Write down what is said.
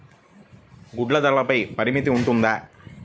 గుడ్లు ధరల పై పరిమితి ఉంటుందా?